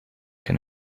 can